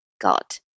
got